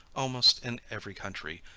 almost in every country,